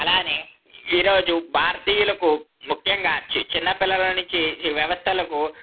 అలాగే ఈరోజు భారతీయులకు ముఖ్యంగా చిన్నపిల్లల నుంచి వ్యవస్థలకు